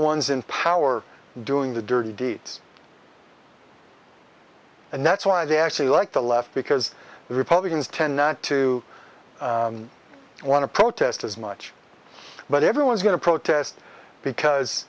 ones in power doing the dirty deeds and that's why they actually like the left because republicans tend not to want to protest as much but everyone's going to protest because